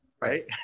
right